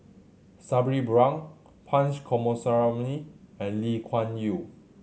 Sabri Buang Punch Coomaraswamy and Lee Kuan Yew